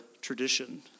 tradition